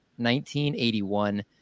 1981